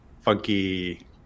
funky